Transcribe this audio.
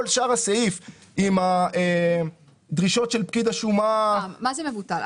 כל שאר הסעיף עם הדרישות של פקיד השומה --- מה זה מבוטל?